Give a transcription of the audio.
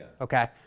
Okay